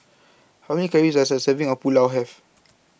How Many Calories Does A Serving of Pulao Have